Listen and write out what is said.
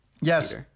Yes